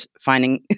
finding